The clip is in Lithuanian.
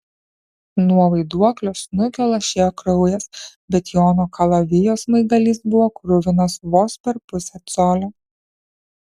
nuo vaiduoklio snukio lašėjo kraujas bet jono kalavijo smaigalys buvo kruvinas vos per pusę colio